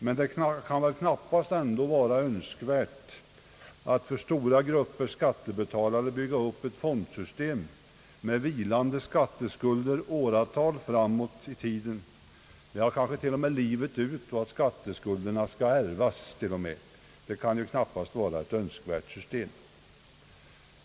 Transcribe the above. Men det kan väl knappast ändå vara önskvärt att för stora grupper skattebetalare bygga upp ett fondsystem med vilande skatteskulder åratal framåt i tiden, ja kanske livet ut, och att skatteskulderna t.o.m. skall ärvas. Ett sådant system kan ju knappast vara önskvärt.